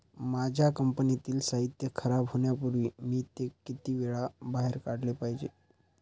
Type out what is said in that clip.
माझ्या कंपनीतील साहित्य खराब होण्यापूर्वी मी ते किती वेळा बाहेर काढले पाहिजे?